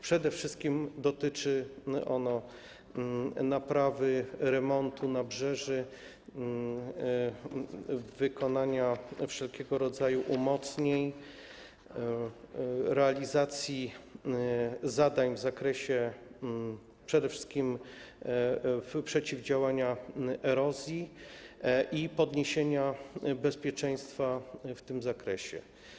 Przede wszystkim dotyczy one naprawy, remontu nabrzeży, wykonania wszelkiego rodzaju umocnień, realizacji zadań w zakresie przede wszystkim przeciwdziałania erozji i podniesienia bezpieczeństwa w tym zakresie.